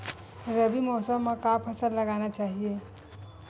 रबी मौसम म का फसल लगाना चहिए?